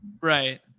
Right